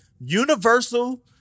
universal